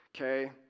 Okay